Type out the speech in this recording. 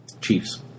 Chiefs